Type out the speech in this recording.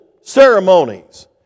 ceremonies